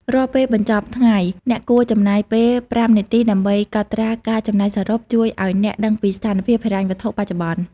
រាល់ពេលបញ្ចប់ថ្ងៃ អ្នកគួរចំណាយពេល ៥ នាទីដើម្បីកត់ត្រាការចំណាយសរុប ជួយឱ្យអ្នកដឹងពីស្ថានភាពហិរញ្ញវត្ថុបច្ចុប្បន្ន។